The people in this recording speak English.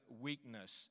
weakness